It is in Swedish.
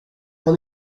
man